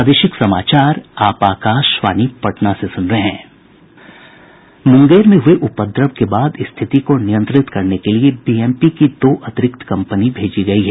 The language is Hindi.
मूंगेर में हये उपद्रव के बाद स्थिति को नियंत्रित करने के लिए बीएमपी की दो अतिरिक्त कम्पनी भेजी गयी है